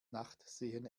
nachtsehen